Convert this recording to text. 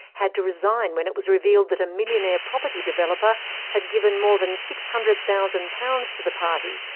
had to resign when it was revealed that a millionaire property developer had given more than six hundred thousand pounds to the party,